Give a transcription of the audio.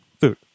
food